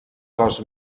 cos